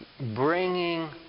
bringing